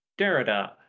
Derrida